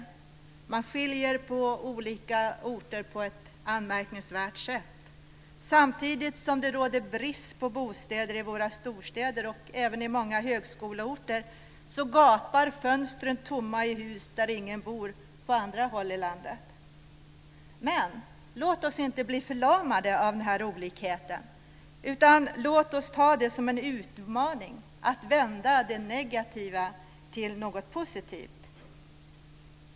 Olika orter skiljer sig åt på ett anmärkningsvärt sätt. Samtidigt som det råder brist på bostäder i våra storstäder och på många högskoleorter, gapar fönstren tomma i hus där ingen bor på andra håll i landet. Men, låt oss inte bli förlamade av denna olikhet utan låt oss ta den som en utmaning att vända det negativa till något positivt.